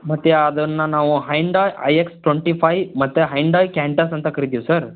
ಮತ್ತು ಅದನ್ನು ನಾವು Hyundai I X twenty five ಮತ್ತು ಹೈಂಡಾಯ್ ಕ್ಯಾಂಟಸ್ ಅಂತ ಕರಿತೀವಿ ಸರ್